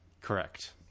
Correct